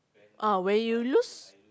ah when you lose